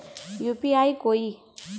UPI कोई